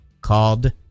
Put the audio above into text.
called